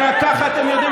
כי רק ככה אתם יודעים,